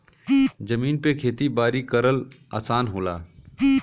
जमीन पे खेती बारी करल आसान होला